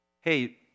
hey